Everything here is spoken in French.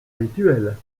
rituel